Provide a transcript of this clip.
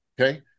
okay